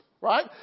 right